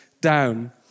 down